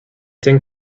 think